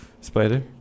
Spider